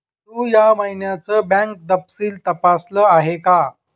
तू या महिन्याचं बँक तपशील तपासल आहे का?